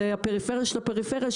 זה הפריפריה של הפריפריה,